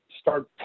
start